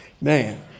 Man